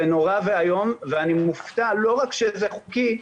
זה נורא ואיום ואני מופתע לא רק שזה חוקי,